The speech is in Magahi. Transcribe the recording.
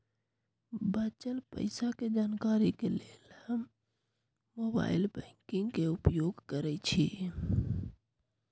बच्चल पइसा के जानकारी के लेल हम मोबाइल बैंकिंग के उपयोग करइछि